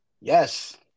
Yes